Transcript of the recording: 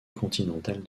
continentale